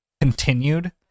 continued